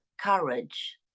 courage